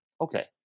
Okay